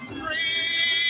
free